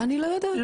אני לא יודעת.